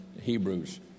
Hebrews